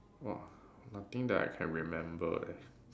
!wah! nothing that I can remember leh